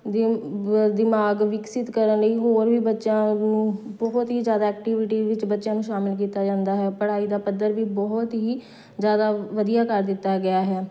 ਦਿਮ ਬ ਦਿਮਾਗ ਵਿਕਸਿਤ ਕਰਨ ਲਈ ਹੋਰ ਵੀ ਬੱਚਿਆਂ ਨੂੰ ਬਹੁਤ ਹੀ ਜ਼ਿਆਦਾ ਐਕਟੀਵਿਟੀ ਵਿੱਚ ਬੱਚਿਆਂ ਨੂੰ ਸ਼ਾਮਿਲ ਕੀਤਾ ਜਾਂਦਾ ਹੈ ਪੜ੍ਹਾਈ ਦਾ ਪੱਧਰ ਵੀ ਬਹੁਤ ਹੀ ਜ਼ਿਆਦਾ ਵਧੀਆ ਕਰ ਦਿੱਤਾ ਗਿਆ ਹੈ